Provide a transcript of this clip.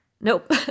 nope